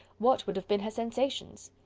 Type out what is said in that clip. what would have been her sensations?